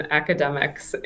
academics